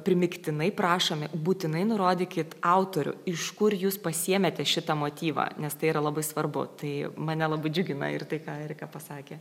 primygtinai prašomi būtinai nurodykit autorių iš kur jūs pasiėmėte šitą motyvą nes tai yra labai svarbu tai mane labai džiugina ir tai ką erika pasakė